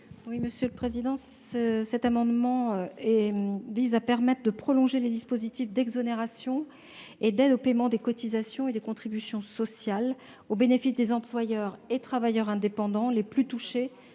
la ministre déléguée. Cet amendement vise à permettre de prolonger les dispositifs d'exonération et d'aide au paiement des cotisations et des contributions sociales au bénéfice des employeurs et travailleurs indépendants les plus touchés